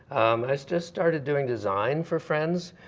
i just started doing design for friends.